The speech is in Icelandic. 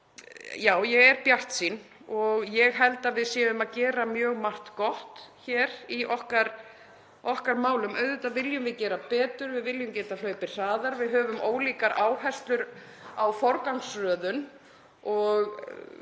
Ég er bjartsýn og ég held að við séum að gera mjög margt gott í okkar málum. Auðvitað viljum við gera betur, við viljum geta hlaupið hraðar, við höfum ólíkar áherslur á forgangsröðun og